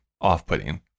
off-putting